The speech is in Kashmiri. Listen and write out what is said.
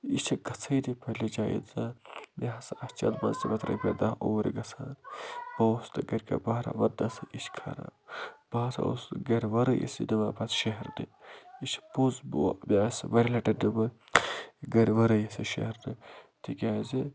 یہِ چھِ گژھٲنی پنٛنہِ جایہِ اِنسان یہِ ہسا رۄپیہِ دَہ اوٗرۍ گژھان بہٕ اوس نہٕ گَرِکٮ۪ن بہران ونٛنَسٕے یہِ چھِ خراب بہٕ ہسا اوسُس گَرٕ وَرٲے یہِ نِوان پَتہٕ شیٚہرنہِ یہِ چھِ پوٚز بو مےٚ آسہٕ یہِ واریاہ لَٹہِ نِمُت یہِ گَرِ ورٲیی شیٚہرنہٕ تِکیٛازِ